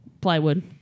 plywood